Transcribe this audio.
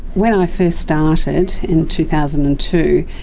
when i first started in two thousand and two,